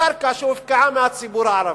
הקרקע שהופקעה מהציבור הערבי,